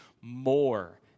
more